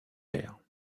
l’air